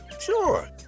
Sure